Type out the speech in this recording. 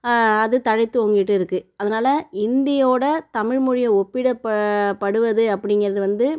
அது தழைத்தோங்கிட்டு இருக்கு அதனால இந்தியோட தமிழ்மொழியை ஒப்பிடப் படுவது அப்படிங்கிறது வந்து